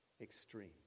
extreme